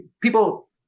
people